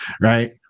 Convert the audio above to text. right